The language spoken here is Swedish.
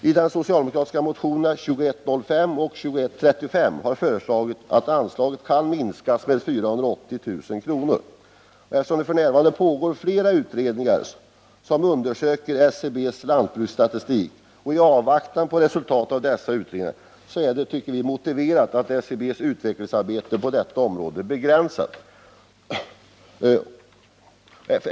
I de socialdemokratiska motionerna 2105 och 2135 har föreslagits att anslaget kan minskas med 480000 kr. Eftersom det f.n. pågår flera utredningar som undersöker SCB:s lantbruksstatistik är det i avvaktan på resultatet av utredningarna motiverat att SCB:s utvecklingsarbete på detta område begränsas.